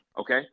okay